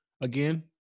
Again